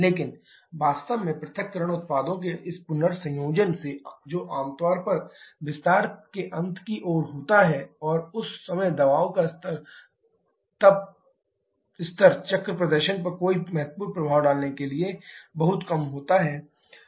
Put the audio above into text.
लेकिन वास्तव में पृथक्करण उत्पादों के इस पुनर्संयोजन से जो आम तौर पर विस्तार प्रक्रिया के अंत की ओर होता है और उस समय दबाव का स्तर चक्र प्रदर्शन पर कोई महत्वपूर्ण प्रभाव डालने के लिए बहुत कम होता है